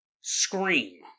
scream